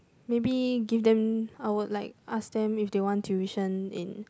maybe give them I would like ask them if like they want tuition in